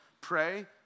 pray